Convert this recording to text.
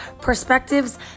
Perspectives